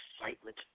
excitement